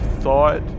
thought